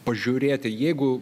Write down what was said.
pažiūrėti jeigu